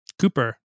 Cooper